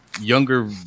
younger